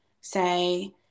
say